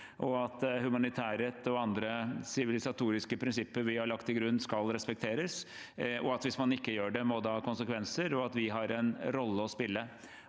Humanitærrett og andre sivilisatoriske prinsipper vi har lagt til grunn, skal respekteres, og hvis man ikke gjør det, må det ha konsekvenser. Vi har en rolle å spille.